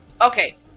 Okay